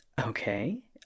okay